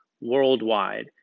worldwide